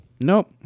Nope